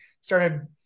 started